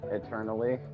eternally